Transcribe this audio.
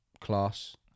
class